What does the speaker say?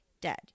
dead